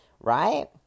right